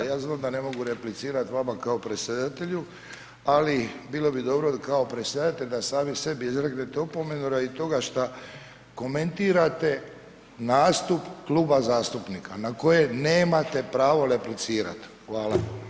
Ja znam da ne mogu replicirati vama kao predsjedatelju ali bilo bi dobro kao predsjedatelj da sami sebi izreknete opomenu radi toga šta komentirate nastup kluba zastupnika na koje nemate pravo replicirati, hvala.